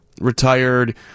retired